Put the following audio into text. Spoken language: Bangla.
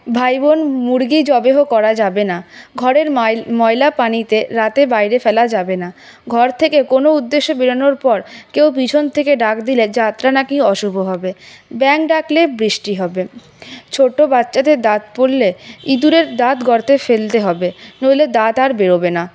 ভাইবোন মুরগি জবাই করা যাবে না ঘরের মাইল ময়লা পানিতে রাতে বাইরে ফেলা যাবে না ঘর থেকে কোনো উদ্দেশ্যে বেরনোর পর কেউ পিছন থেকে ডাক দিলে যাত্রা নাকি অশুভ হবে ব্যাঙ ডাকলে বৃষ্টি হবে ছোট বাচ্চাদের দাঁত পড়লে ইদুরের দাঁত গর্তে ফেলতে হবে নইলে দাঁত আর বেরোবে না